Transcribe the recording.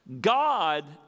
God